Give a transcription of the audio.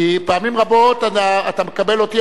כי פעמים רבות אתה מקבל אותי,